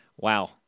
wow